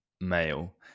male